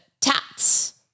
tats